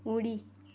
उडी